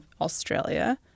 Australia